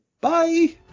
Bye